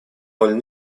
роль